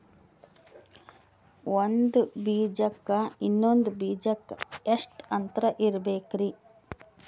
ಒಂದ್ ಬೀಜಕ್ಕ ಇನ್ನೊಂದು ಬೀಜಕ್ಕ ಎಷ್ಟ್ ಅಂತರ ಇರಬೇಕ್ರಿ?